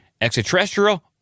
extraterrestrial